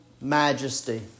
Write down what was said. majesty